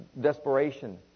desperation